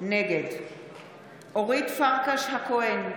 נגד אורית פרקש הכהן,